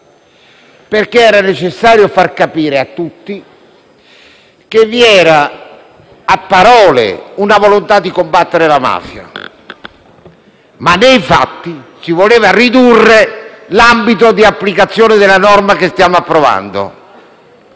perché era necessario far capire a tutti che vi era a parole una volontà di combattere la mafia, ma nei fatti si voleva ridurre l'ambito di applicazione della norma che stiamo approvando.